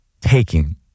taking